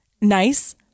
nice